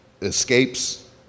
escapes